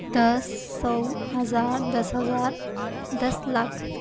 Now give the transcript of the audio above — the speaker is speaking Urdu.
دس سو ہزار دس ہزار دس لاکھ